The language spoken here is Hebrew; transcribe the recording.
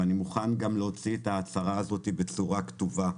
ואני מוכן גם להוציא את ההצהרה הזאת בצורה כתובה,